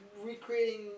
recreating